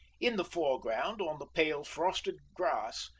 in the foreground, on the pale frosted grass,